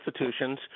institutions